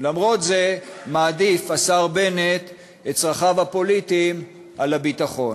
במקום זה מעדיף השר בנט את צרכיו הפוליטיים על הביטחון.